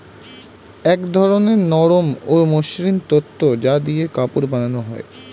এক ধরনের নরম ও মসৃণ তন্তু যা দিয়ে কাপড় বানানো হয়